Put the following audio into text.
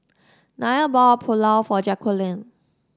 Nyah bought Pulao for Jacquline